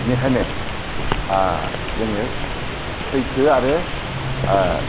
बिनिखायनो जोङो सैथो आरो